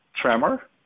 tremor